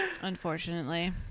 Unfortunately